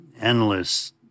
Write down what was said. endless